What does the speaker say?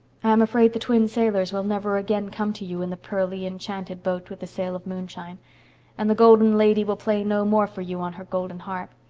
i am afraid the twin sailors will never again come to you in the pearly, enchanted boat with the sail of moonshine and the golden lady will play no more for you on her golden harp.